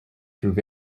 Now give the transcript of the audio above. through